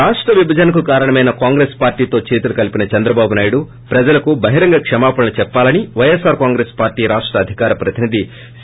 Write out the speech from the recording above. రాష్ట విభజనకు కారణమైన కాంగ్రెస్ పార్టీతో చేతులు కలిపిన చంద్రబాబు నాయుడు ప్రజలకు బహిరంగ క్షమాపణ చెప్పాలని పైఎస్పార్ కాంగ్రెస్ పార్టీ రాష్ట అధికార ప్రతినిధి సి